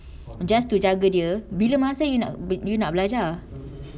just to jaga dia bila masa you nak you nak belajar